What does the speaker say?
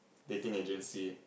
dating agency